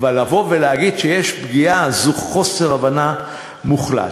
אבל לבוא ולהגיד שיש פגיעה זה חוסר הבנה מוחלט.